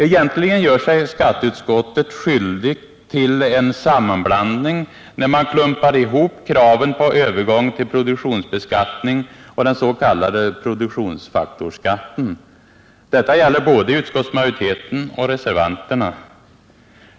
Egentligen gör sig skatteutskottet skyldigt till en sammanblandning när man klumpar ihop kraven på övergång till produktionsbeskattning och den s.k. produktionsfaktorsskatten. Detta gäller både utskottsmajoriteten och reservanterna.